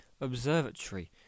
observatory